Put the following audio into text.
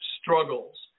struggles